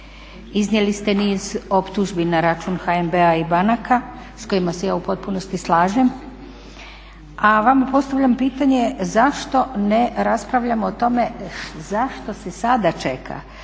iznijeli ste niz optužbi na račun HNB-a i banaka s kojima se ja u potpunosti slažem. A vama postavljam pitanje zašto ne raspravljamo o tome zašto se sada čeka.